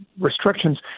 restrictions